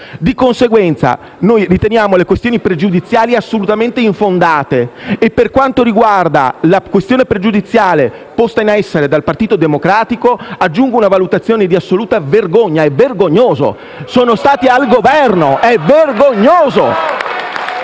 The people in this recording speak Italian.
Di conseguenza, noi riteniamo che le proposte di questione pregiudiziale siano assolutamente infondate. E per quanto riguarda la proposta di questione pregiudiziale presentata dal Partito Democratico, aggiungo una valutazione di assoluta vergogna. È vergognoso. Sono stati al Governo! È vergognoso!